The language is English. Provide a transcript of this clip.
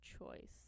choice